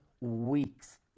weeks